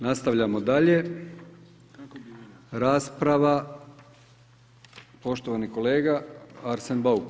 Nastavljamo dalje, rasprava, poštovani kolega Arsen Bauk.